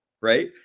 Right